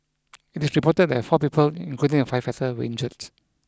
it is reported that four people including the firefighter were injured